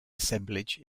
assemblage